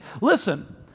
listen